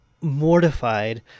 mortified